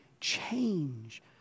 change